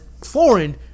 foreign